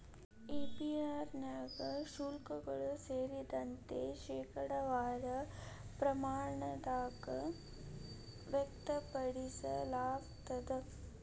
APR ನ್ಯಾಗ ಶುಲ್ಕಗಳು ಸೇರಿದಂತೆ, ಶೇಕಡಾವಾರ ಪ್ರಮಾಣದಾಗ್ ವ್ಯಕ್ತಪಡಿಸಲಾಗ್ತದ